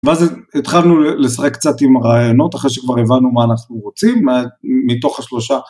ואז התחלנו לשחק קצת עם הרעיונות אחרי שכבר הבנו מה אנחנו רוצים מתוך השלושה.